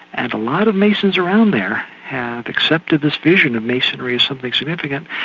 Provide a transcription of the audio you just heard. and a lot of masons around there had accepted this vision of masonry as something significant,